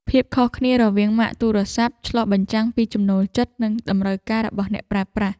ភាពខុសគ្នារវាងម៉ាកទូរស័ព្ទ ឆ្លុះបញ្ចាំងពីចំណូលចិត្ត និងតម្រូវការរបស់អ្នកប្រើប្រាស់។